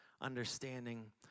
understanding